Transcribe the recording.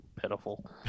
pitiful